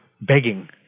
begging